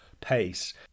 pace